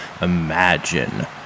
imagine